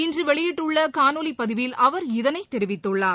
இன்று வெளியிட்டுள்ள காணொலிப் பதிவில் அவர் இதனைத் தெரிவித்துள்ளார்